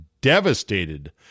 devastated